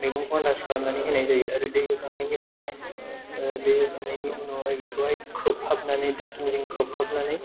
मैगंखौ आनदाज खालामनानै होनाय जायो आरो दै होखांनायनि उनावहाय दै होखांनायनि उनावहाय बेखौहाय खोबहाबनानै दाखिनिजों खोबहाबनानै